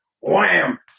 Wham